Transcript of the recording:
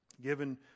Given